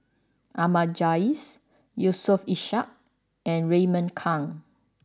Ahmad Jais Yusof Ishak and Raymond Kang